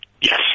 Yes